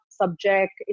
subject